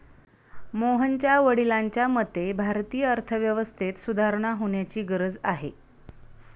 मोहनच्या वडिलांच्या मते, भारतीय अर्थव्यवस्थेत सुधारणा होण्याची गरज आहे